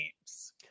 teams